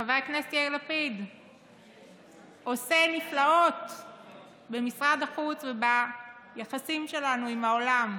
חבר הכנסת יאיר לפיד עושה נפלאות במשרד החוץ וביחסים שלנו עם העולם.